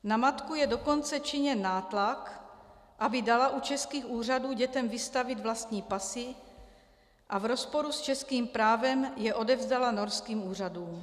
Na matku je dokonce činěn nátlak, aby dala u českých úřadů dětem vystavit vlastní pasy a v rozporu s českým právem je odevzdala norským úřadům.